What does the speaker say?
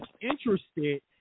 interested